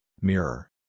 mirror